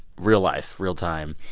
real life, real time,